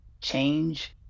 Change